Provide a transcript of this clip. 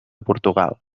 portugal